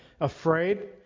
afraid